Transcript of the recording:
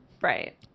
Right